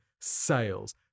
sales